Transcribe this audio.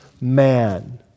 man